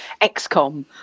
XCOM